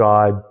God